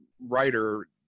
writer